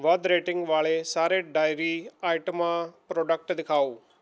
ਵੱਧ ਰੇਟਿੰਗ ਵਾਲੇ ਸਾਰੇ ਡਾਇਰੀ ਆਈਟਮਾਂ ਪ੍ਰੋਡਕਟ ਦਿਖਾਓ